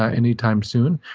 any time soon,